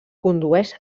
condueix